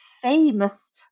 famous